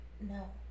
no